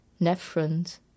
nephrons